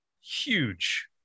huge